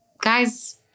Guys